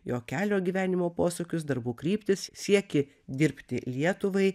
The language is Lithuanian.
jo kelio gyvenimo posūkius darbų kryptis siekį dirbti lietuvai